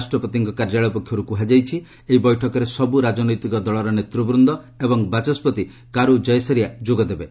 ରାଷ୍ଟ୍ରପତିଙ୍କ କାର୍ଯ୍ୟାଳୟ ପକ୍ଷରୁ କୁହାଯାଇଛି ଏହି ବୈଠକରେ ସବୁ ରାଜନୈତିକ ଦଳର ନେତୁବୃନ୍ଦ ଏବଂ ବାଚସ୍ୱତି କାରୁ ଜୟସୁରିଆ ଯୋଗ ଦେବେ